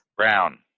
Brown